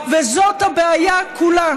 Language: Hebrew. וזאת הבעיה כולה.